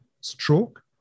stroke